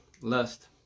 Lust